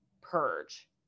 purge